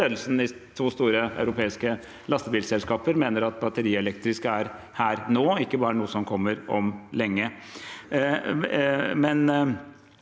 ledelsen i to store europeiske lastebilselskaper mener at batterielektriske lastebiler er her nå, ikke bare noe som kommer om lenge.